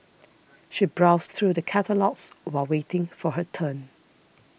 she browsed through the catalogues while waiting for her turn